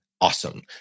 Awesome